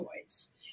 toys